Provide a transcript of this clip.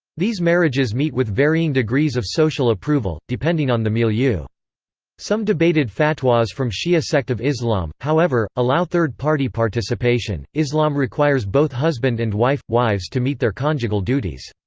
these marriages meet with varying degrees of social approval, depending on the milieu. some debated fatwas from shia sect of islam, however, allow third party participation islam requires both husband and wife wives to meet their conjugal duties.